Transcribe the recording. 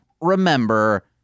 remember